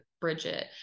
Bridget